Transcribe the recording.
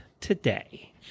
today